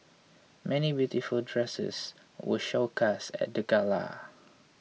many beautiful dresses were showcased at the gala